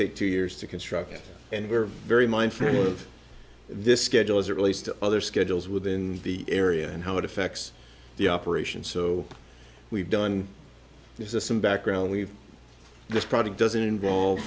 take two years to construct and we're very mindful of this schedule as it relates to other schedules within the area and how it effects the operation so we've done some background we've this product doesn't involve